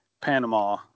Panama